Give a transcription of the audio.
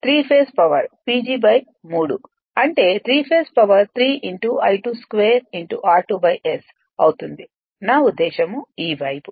three phase power PG 3 అంటే three phase power 3 I2 2 r2 S అవుతుంది నా ఉద్దేశ్యం ఈ వైపు